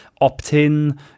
opt-in